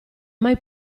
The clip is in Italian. mai